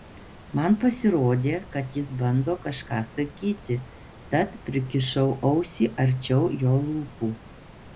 man pasirodė kad jis bando kažką sakyti tad prikišau ausį arčiau jo lūpų